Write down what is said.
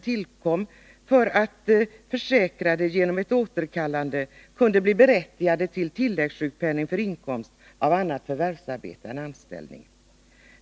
tillkom för att försäkrade genom en återkallelse kunde bli berättigade till tilläggssjukpenning för inkomst av annat förvärvsarbete än anställning.